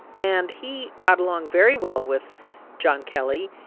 and he got along very well with john kelly.